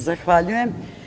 Zahvaljujem.